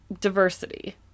Diversity